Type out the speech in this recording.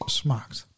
smaakt